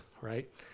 right